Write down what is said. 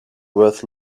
worth